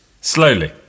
slowly